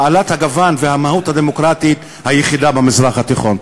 בעלת הגוון והמהות הדמוקרטית היחידה במזרח התיכון.